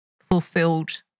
fulfilled